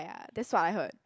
ya that's what I heard